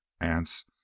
Ants